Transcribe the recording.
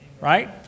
right